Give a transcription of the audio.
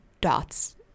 dots